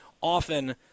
often